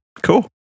Cool